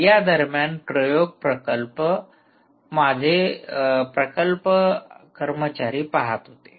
या दरम्यान प्रयोग माझे प्रकल्प कर्मचारी पहात होते